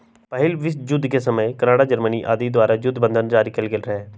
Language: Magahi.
पहिल विश्वजुद्ध के समय कनाडा, जर्मनी आदि द्वारा जुद्ध बन्धन जारि कएल गेल रहै